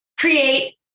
create